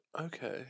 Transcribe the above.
Okay